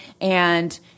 and-